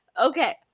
Okay